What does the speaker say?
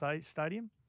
Stadium